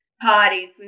parties